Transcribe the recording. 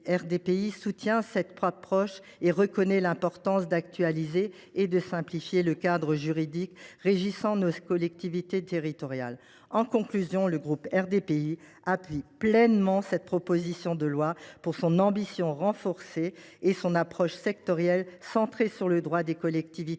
RDPI soutient cette approche et reconnaît l’importance d’actualiser et de simplifier le cadre juridique régissant nos collectivités territoriales. En conclusion, le groupe RDPI soutient pleinement cette proposition de loi, en particulier pour son ambition renforcée et son approche sectorielle centrée sur le droit des collectivités territoriales.